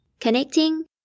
connecting